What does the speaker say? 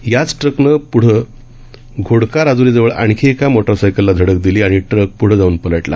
ह्याच ट्रकनं पृन्हा पृढं घोडका राज्रीजवळ आणखी एका मोटार सायकलला धडक दिली आणि ट्रक पुढं जाऊन पलटला